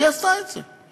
והיא עשתה את זה.